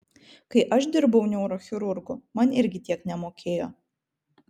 kai aš dirbau neurochirurgu man irgi tiek nemokėjo